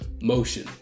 motion